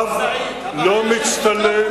הבעיה היא לא מבצעית.